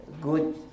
good